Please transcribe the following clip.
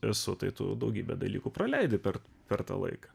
ir su tai tu daugybę dalykų praleidi per per tą laiką